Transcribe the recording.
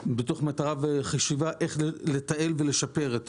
מתוך מטרה וחשיבה איך לתעל ולשפר את